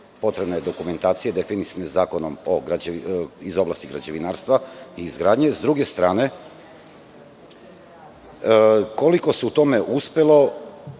potrebne dokumentacije definisane zakonom iz oblasti građevinarstva i izgradnje. S druge strane, koliko se u tome uspelo